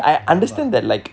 drama